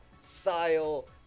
style